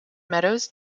meadows